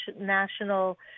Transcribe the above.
National